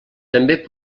també